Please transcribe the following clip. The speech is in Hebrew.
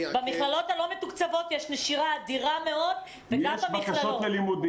במכללות הלא מתוקצבות יש נשירה אדירה מאוד וגם במכללות.